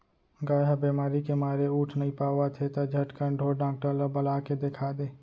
गाय ह बेमारी के मारे उठ नइ पावत हे त झटकन ढोर डॉक्टर ल बला के देखा दे